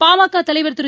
பாமக தலைவர் திரு